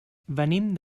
venim